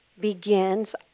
begins